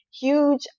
huge